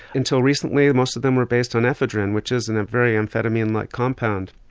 until recently ah most of them were based on ephedrine, which is and a very amphetamine-like compound.